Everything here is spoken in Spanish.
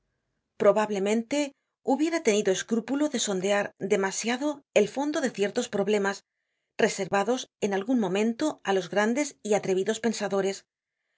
probablemente hubiera tenido escrúpulo de sondear demasiado el fondo de ciertos problemas reservados en algun modo á los grandes y atrevidos pensadores